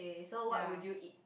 so what would you eat